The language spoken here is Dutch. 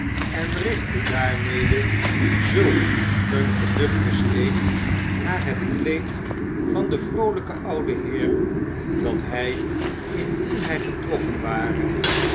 en richtte daarmede zulk een geduchten steek naar het kleed van den vroolijken ouden heer dat hij indien hij getroffen ware